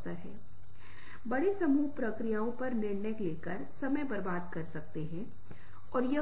इसलिए यदि आप स्क्रीन पर देख रहे हैं यदि आप यहां